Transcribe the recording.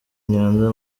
nyanza